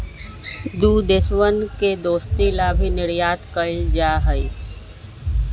दु देशवन के दोस्ती ला भी निर्यात कइल जाहई